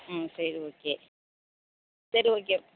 ம் சரி ஓகே சரி ஓகே